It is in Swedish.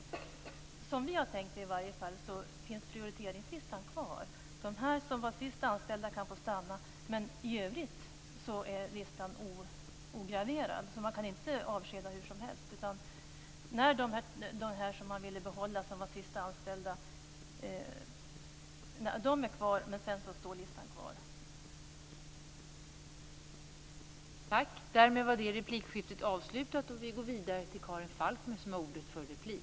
Som vi har tänkt det skall prioriteringslistan finnas kvar. De som var sist anställda kan få stanna, men i övrigt skall listan vara ograverad, så man kan inte avskeda hur som helst. De sist anställda får stanna kvar, men i övrigt är det listan som skall gälla.